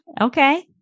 Okay